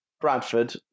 Bradford